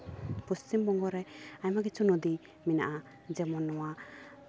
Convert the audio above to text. ᱯᱚᱥᱪᱤᱢᱵᱚᱝᱜᱚ ᱨᱮ ᱟᱭᱢᱟ ᱠᱤᱪᱷᱩ ᱱᱚᱫᱤ ᱢᱮᱱᱟᱜᱼᱟ ᱡᱮᱢᱚᱱ ᱱᱚᱣᱟ